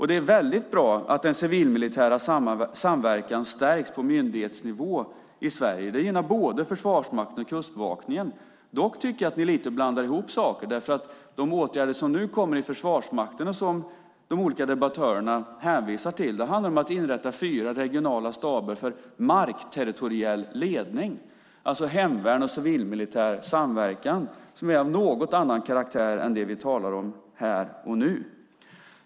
Det är väldigt bra att den civilmilitära samverkan stärks på myndighetsnivå i Sverige. Det gynnar både Försvarsmakten och Kustbevakningen. Dock tycker jag att vi lite blandar ihop saker. De åtgärder som nu kommer i Försvarsmakten, som de olika debattörerna hänvisar till, handlar om att inrätta fyra regionala staber för markterritoriell ledning, alltså hemvärn och civilmilitär samverkan, med en något annan karaktär än det vi talar om här och nu.